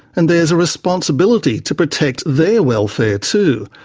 and there's a responsibility to protect their welfare too.